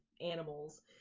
animals